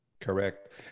Correct